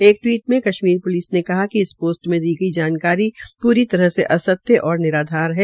एक टिवीट में कश्मीर प्लिस ने कहा है कि इस पोस्ट में दी गई जानकारी पूरी तरह से असत्य और निराधार है